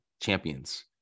champions